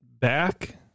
back